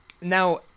Now